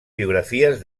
biografies